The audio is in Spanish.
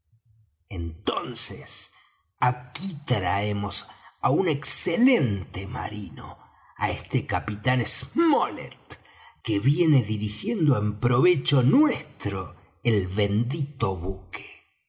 entonces aquí traemos á un excelente marino á este capitán smollet que viene dirigiendo en provecho nuestro el bendito buque